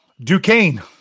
Duquesne